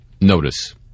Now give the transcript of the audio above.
notice